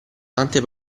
tante